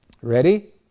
Ready